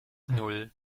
nan